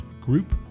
group